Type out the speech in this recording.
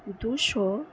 দুশো